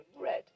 red